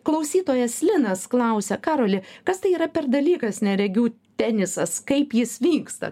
klausytojas linas klausia karoli kas tai yra per dalykas neregių tenisas kaip jis vyksta